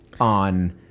on